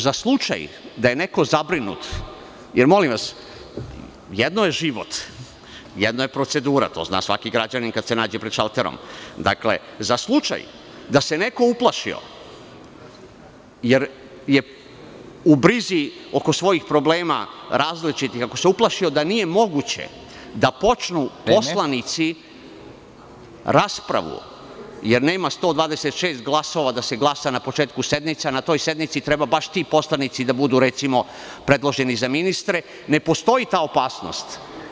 Za slučaj da je neko zabrinut, jer molim vas, jedno je život, jedno je procedura i to zna svaki građanin kada se nađe pred šalterom, za slučaj da se neko uplašio jer je u brizi oko svojih različitih problema i ako se uplašio da nije moguće da počnu poslanici raspravu jer nema 126 glasova da se glasa na početku sednice, jer na toj sednici trebaju baš ti poslanici da budu predloženi za ministre, ne postoji ta opasnost.